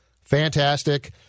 fantastic